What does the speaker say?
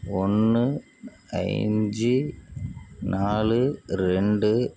ஒன்று ஐஞ்சு நாலு ரெண்டு